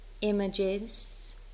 images